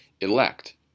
elect